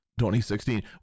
2016